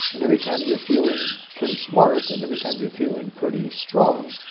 and every time you're feeling pretty smart and every time you're feeling pretty strong,